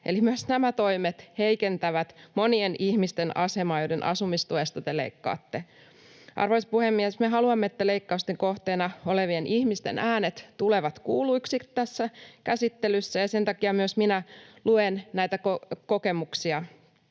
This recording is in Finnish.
eli myös nämä toimet heikentävät monien sellaisten ihmisten asemaa, joiden asumistuesta te leikkaatte. Arvoisa puhemies! Me haluamme, että leikkausten kohteena olevien ihmisten äänet tulevat kuulluiksi tässä käsittelyssä, ja sen takia myös minä luen näitä kokemuksia.